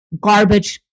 garbage